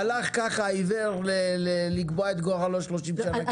הלך ככה עיוור לקבוע את גורלו 30 שנה קדימה.